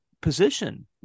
position